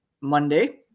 Monday